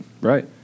Right